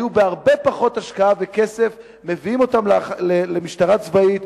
בהרבה פחות השקעה וכסף היו מביאים אותן למשטרה צבאית,